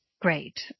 great